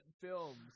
films